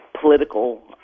political